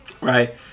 right